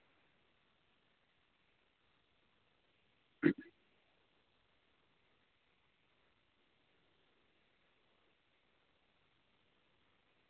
अ